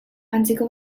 antzeko